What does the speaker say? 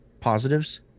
positives